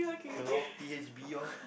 okay lor p_h_b orh